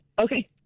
Okay